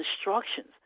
instructions